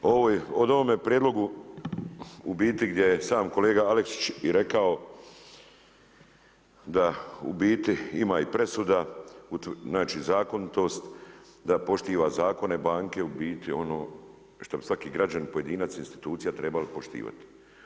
O ovome prijedlogu u biti gdje sam kolega Aleksić i rekao da u biti ima i presuda, znači zakonitost da poštiva zakone banke u biti ono što bi svaki građanin, pojedinac, institucija trebali poštivati.